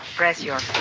press your